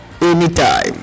anytime